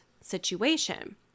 situation